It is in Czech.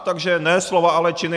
Takže ne slova, ale činy.